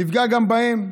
זה יפגע גם בהם.